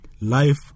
life